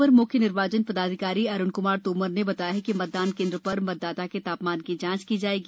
अ र म्ख्य निर्वाचन दाधिकारी अरूण कुमार तोमर ने बताया कि मतदान केन्द्र र मतदाता के ता मान की जाँच की जायेगी